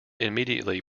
immediately